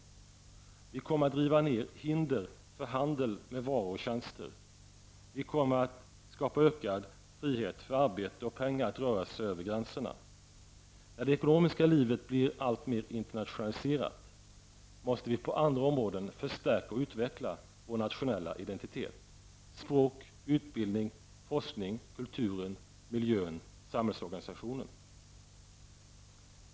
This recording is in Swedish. Vi kommer att riva ner hinder för handel med varor och tjänster och skapa ökad frihet för arbete och pengar att röra sig över gränserna. När det ekonomiska livet blir alltmer internationaliserat, måste vi på andra områden förstärka och utveckla vår nationella identitet -- språk, utbildning, forskning, kulturen, miljön och samhällsorganisationen.